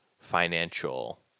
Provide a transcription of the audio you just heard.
financial